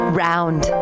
round